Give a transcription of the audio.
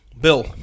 Bill